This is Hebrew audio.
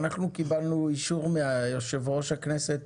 אנחנו קיבלנו אישור מיושב-ראש הכנסת